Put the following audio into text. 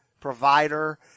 provider